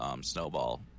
snowball